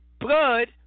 blood